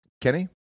kenny